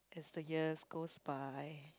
as the years goes by